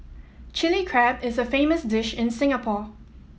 Chilli Crab is a famous dish in Singapore